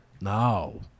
No